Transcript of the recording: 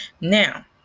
Now